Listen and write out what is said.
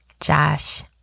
Josh